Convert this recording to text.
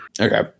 okay